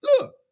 Look